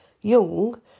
Young